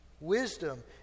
Wisdom